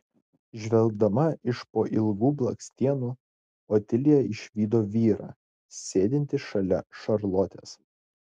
žvelgdama iš po ilgų blakstienų otilija išvydo vyrą sėdintį šalia šarlotės